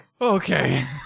Okay